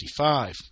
55